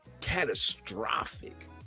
catastrophic